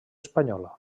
espanyola